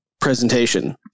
presentation